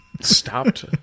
stopped